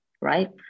right